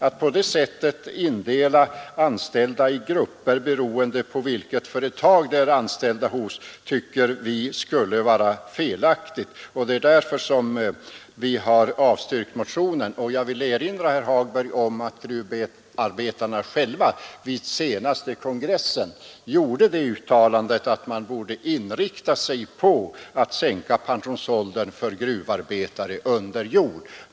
Att på det sättet indela de anställda i grupper, beroende på vilket företag de är anställda hos, tycker vi skulle vara felaktigt, och det är därför som vi har avstyrkt motionen. Jag vill erinra herr Hagberg om att gruvarbetarna själva vid senaste kongressen gjorde det uttalandet att man borde inrikta sig på att sänka pensionsåldern för gruvarbetare under jord.